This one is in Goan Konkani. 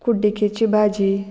कुड्डिकेची भाजी